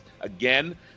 again